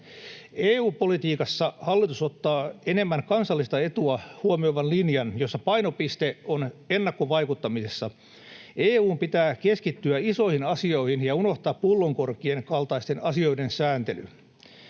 EU-politiikassa hallitus ottaa enemmän kansallista etua huomioivan linjan, jossa painopiste on ennakkovaikuttamisessa. EU:n pitää keskittyä isoihin asioihin ja unohtaa pullonkorkkien kaltaisten asioiden sääntely.